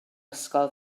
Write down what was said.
ysgol